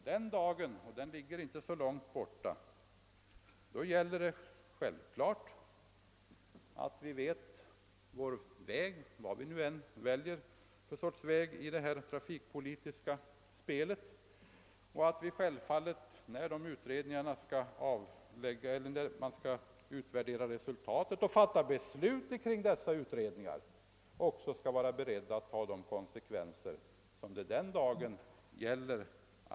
Den dagen, och den ligger inte så långt borta, gäller det att veta vilken väg vi skall välja i det trafikpolitiska spelet. Vi måste självfallet, när man skall utvärdera resultaten och fatta beslut på grundval av dessa utredningar, vara beredda att ta de konsekvenser som detta medför.